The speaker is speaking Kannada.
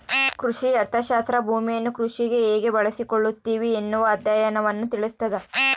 ಕೃಷಿ ಅರ್ಥಶಾಸ್ತ್ರ ಭೂಮಿಯನ್ನು ಕೃಷಿಗೆ ಹೇಗೆ ಬಳಸಿಕೊಳ್ಳುತ್ತಿವಿ ಎನ್ನುವ ಅಧ್ಯಯನವನ್ನು ತಿಳಿಸ್ತಾದ